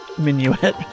Minuet